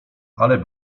ale